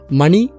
money